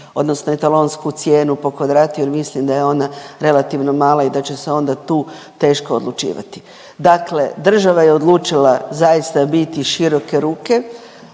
odnosno etalonsku cijenu po kvadratu jel mislim da je ona relativno mala i da će se onda tu teško odlučivati. Dakle, država je odlučila zaista biti široke ruke,